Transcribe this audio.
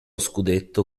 scudetto